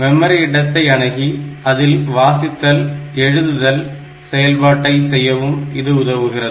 memory இடத்தை அணுகி அதில் வாசித்தல் மற்றும் எழுதுதல் செயல்பாடை செய்யவும் இது உதவுகிறது